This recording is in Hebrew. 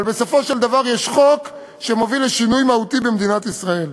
אבל בסופו של דבר יש חוק שמוביל לשינוי מהותי במדינת ישראל.